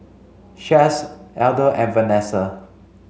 Chace Elda and Venessa